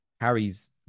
Harry's